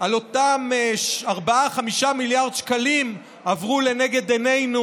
ואותם 4 5 מיליארד שקלים עברו לנגד עינינו